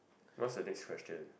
what's the next question